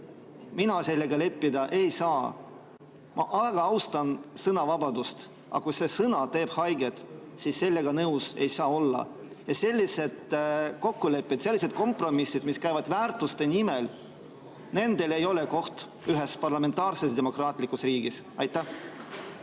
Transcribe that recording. mina sellega leppida ei saa. Ma väga austan sõnavabadust, aga kui see sõna teeb haiget, siis sellega nõus ei saa olla. Sellistel kokkulepetel, sellistel kompromissidel, mida tehakse väärtuste arvel, ei ole kohta ühes parlamentaarses demokraatlikus riigis. Jaa,